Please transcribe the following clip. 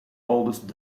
oldest